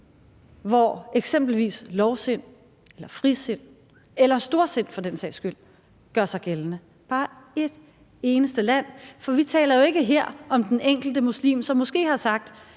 hvor eksempelvis lovsind eller frisind eller storsind for den sags skyld gør sig gældende – bare ét eneste land? For vi taler jo ikke her om den enkelte muslim, som måske har sagt: